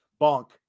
Bonk